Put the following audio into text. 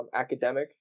academic